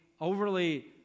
overly